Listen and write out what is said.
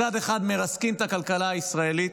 מצד אחד מרסקים את הכלכלה הישראלית,